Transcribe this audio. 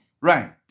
Right